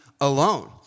alone